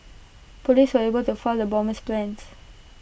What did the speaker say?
Police were able to foil the bomber's plans